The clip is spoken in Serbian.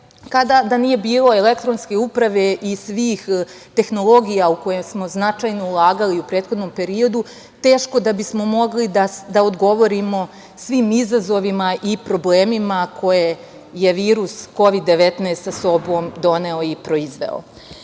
kada, da nije bilo elektronske uprave i svih tehnologija u koje smo značajno ulagali u prethodnom periodu, teško da bismo mogli da odgovorimo svim izazovima i problemima koje je virus Kovid-19 sa sobom doneo i proizveo. Uverili